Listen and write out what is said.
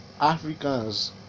africans